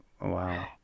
Wow